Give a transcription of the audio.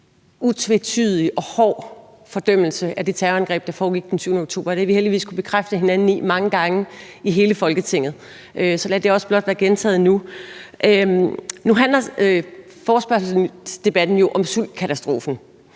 utvetydig og hård fordømmelse af det terrorangreb, der foregik den 7. oktober. Det har vi heldigvis kunnet bekræfte hinanden i mange gange i hele Folketinget, så lad det også blot være gentaget nu. Nu handler forespørgselsdebatten jo om sultkatastrofen